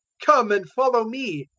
come and follow me,